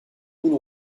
boule